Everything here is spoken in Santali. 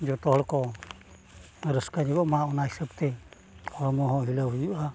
ᱡᱚᱛᱚ ᱦᱚᱲ ᱠᱚ ᱨᱟᱹᱥᱠᱟᱹ ᱧᱚᱜᱚᱜ ᱢᱟ ᱚᱱᱟ ᱦᱤᱥᱟᱹᱵᱽ ᱛᱮ ᱦᱚᱲᱢᱚ ᱦᱚᱸ ᱦᱤᱞᱟᱹᱣ ᱦᱩᱭᱩᱜᱼᱟ